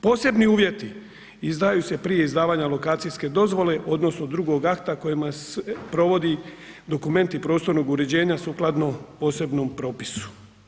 Posebni uvjeti izdaju se prija izdavanja lokacijske dozvole odnosno drugog akta kojima se provodi dokumenti prostornog uređenja sukladno posebnom propisu.